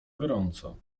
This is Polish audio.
gorąco